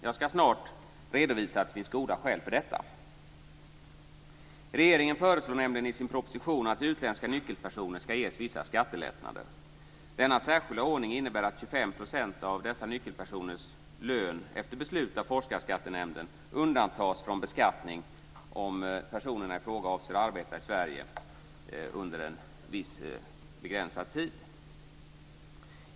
Jag ska snart redovisa att det finns goda skäl för detta. Regeringen föreslår nämligen i sin proposition att utländska nyckelpersoner ska ges vissa skattelättnader. Denna särskilda ordning innebär att 25 % av dessa nyckelpersoners lön, efter beslut av Forskarskattenämnden, undantas från beskattning om personerna i fråga avser arbeta i Sverige under en viss begränsad tid.